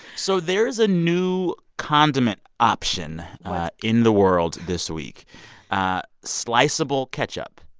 so there's a new condiment option in the world this week ah sliceable ketchup.